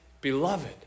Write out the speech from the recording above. Beloved